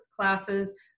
classes